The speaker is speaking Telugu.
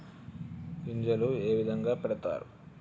గింజలు ఏ విధంగా పెడతారు?